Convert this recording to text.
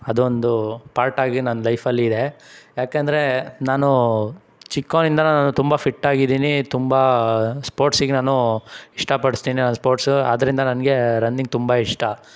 ಅದೊಂದು ಪಾರ್ಟ್ ಆಗಿ ನನ್ನ ಲೈಫಲ್ಲಿದೆ ಯಾಕೆಂದರೆ ನಾನು ಚಿಕ್ಕವನಿಂದ ನಾನು ತುಂಬ ಫಿಟ್ಟಾಗಿದ್ದೀನಿ ತುಂಬ ಸ್ಪೋರ್ಟ್ಸಿಗೆ ನಾನು ಇಷ್ಟಪಡಿಸ್ತೀನಿ ಆ ಸ್ಪೋಟ್ಸು ಆದ್ದರಿಂದ ನನಗೆ ರನ್ನಿಂಗ್ ತುಂಬ ಇಷ್ಟ